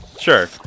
Sure